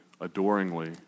adoringly